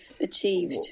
achieved